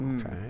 Okay